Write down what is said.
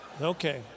Okay